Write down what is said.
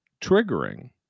triggering